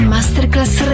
Masterclass